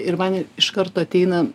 ir man iš karto ateina